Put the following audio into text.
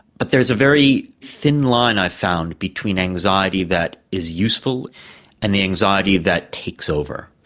but there's a very thin line, i found, between anxiety that is useful and the anxiety that takes over.